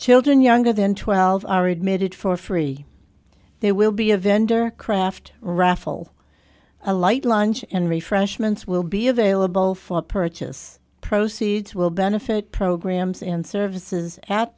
children younger than twelve are admitted for free there will be a vendor craft raffle a light lunch and refreshments will be available for purchase proceeds will benefit programs and services at